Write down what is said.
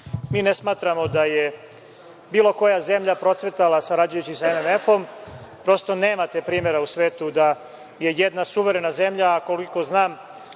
Mi ne smatramo da je bilo koja zemlja procvetala sarađujući sa MMF, pošto nemate primera u svetu da je jedna suverena zemlja, a koliko znam,